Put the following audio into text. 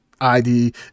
ID